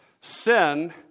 Sin